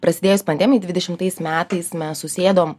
prasidėjus pandemijai dvidešimtais metais mes susėdom